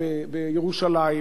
ואם המשטרה לא מצליחה,